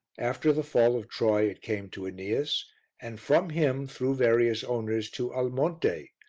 after the fall of troy it came to aeneas and from him, through various owners, to almonte,